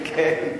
כן.